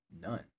none